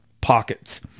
pockets